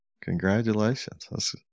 Congratulations